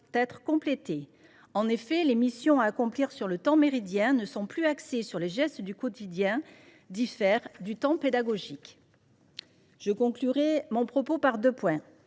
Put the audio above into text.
être complétées. En effet, les missions à accomplir sur le temps méridien, qui sont plus axées sur les gestes du quotidien, diffèrent du temps pédagogique. Je conclurai mon propos par deux points.